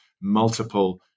multiple